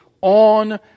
on